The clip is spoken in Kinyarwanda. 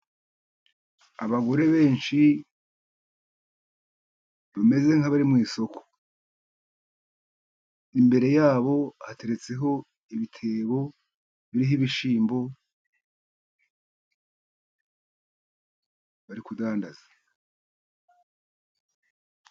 Abagore benshi bameze nk'abari mu isoko. Imbere yabo hateretse ibitebo biriho ibishyimbo bari kudandaza.